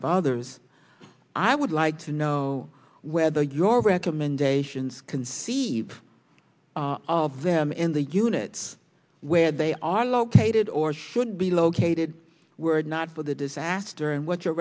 others i would like to know whether your recommendations conceive of them in the units where they are located or should be located were it not for the disaster and what your